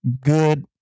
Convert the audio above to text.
good